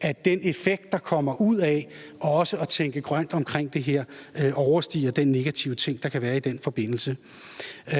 at den effekt, der kommer ud af også at tænke grønt på det her område, overstiger det negative, der kan være i den forbindelse. Det